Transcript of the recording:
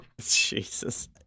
Jesus